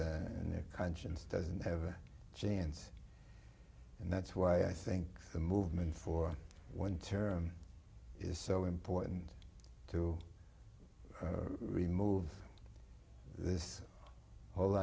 and their conscience doesn't have a chance and that's why i think the movement for one term is so important to remove this whole